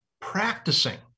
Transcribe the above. practicing